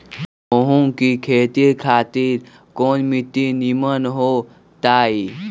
गेंहू की खेती खातिर कौन मिट्टी निमन हो ताई?